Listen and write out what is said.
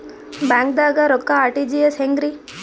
ಬ್ಯಾಂಕ್ದಾಗ ರೊಕ್ಕ ಆರ್.ಟಿ.ಜಿ.ಎಸ್ ಹೆಂಗ್ರಿ?